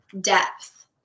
depth